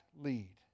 lead